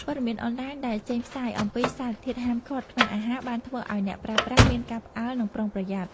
ព័ត៌មានអនឡាញដែលចេញផ្សាយអំពីសារធាតុហាមឃាត់ក្នុងអាហារបានធ្វើឱ្យអ្នកប្រើប្រាស់មានការផ្អើលនិងប្រុងប្រយ័ត្ន។